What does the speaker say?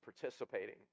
participating